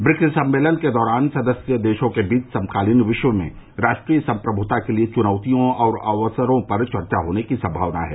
BRICS सम्मेलन के दौरान सदस्य देशों के बीच समकालीन विश्व में राष्ट्रीय संप्रमुता के लिए चुनौतियों और अवसरों पर चर्चा होने की संभावना है